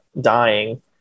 dying